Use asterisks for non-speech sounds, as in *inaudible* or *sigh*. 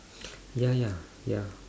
*breath* ya ya ya